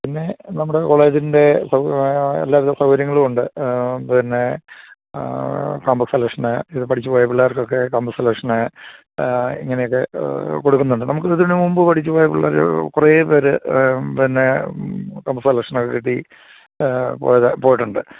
പിന്നെ നമ്മുടെ കോളേജിൻ്റെ സൗ എല്ലാവിധ സൗകര്യങ്ങളുമുണ്ട് പിന്നെ ക്യാമ്പസ് സെലക്ഷന് ഇത് പഠിച്ച് പോയ പിള്ളേർക്ക് ഒക്കെ ക്യാമ്പസ് സെലക്ഷന് ഇങ്ങനെയൊക്കെ കൊടുക്കുന്നുണ്ട് നമുക്ക് ഇതിന് മുമ്പ് പഠിച്ച്പോയ പിള്ളേർ കുറെ പേര് പിന്നെ ക്യാമ്പസ് സെലക്ഷനൊക്കെ കിട്ടി പോയതാണ് പോയിട്ടുണ്ട്